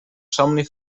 somni